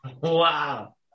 Wow